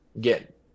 get